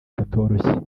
katoroshye